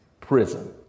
prison